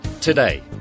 today